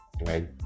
right